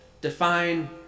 define